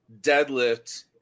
deadlift